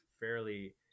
Fairly